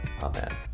Amen